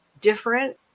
different